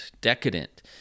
decadent